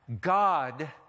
God